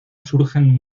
surgen